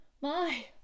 My